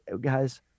guys